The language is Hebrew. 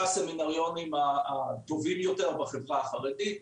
הסמינריונים הטובים יותר בחברה החרדית,